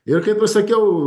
ir kaip aš sakiau